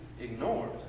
ignored